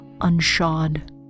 unshod